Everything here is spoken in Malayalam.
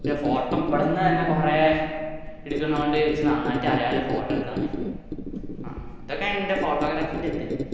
പിന്നെ ഫോട്ടോ ഇവിടുന്നുതന്നെ കുറേ എടുക്കുന്നതുകൊണ്ട് എച്ച് നന്നായിട്ടറിയാമല്ലോ ഫോട്ടോ എടുക്കാന് അതൊക്കെ എൻ്റെ ഫോട്ടോഗ്രാഫിന്റിത്